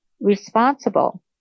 responsible